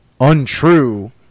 untrue